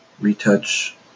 Retouch